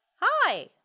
Hi